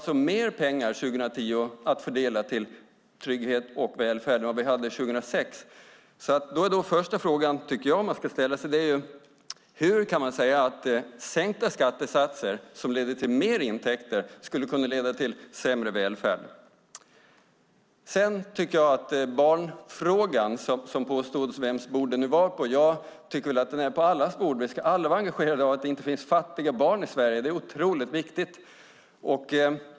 Vi har mer pengar 2010 att fördela till trygghet och välfärd än vi hade 2006. Första frågan jag tycker att man ska ställa sig är alltså: Hur kan man säga att sänkta skattesatser som leder till mer intäkter skulle kunna leda till sämre välfärd? När det gäller barnfrågan och vems bord den påstods vara på tycker jag att den är på allas bord. Vi ska alla vara engagerade i att det inte ska finnas fattiga barn i Sverige. Det är otroligt viktigt.